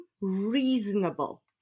reasonable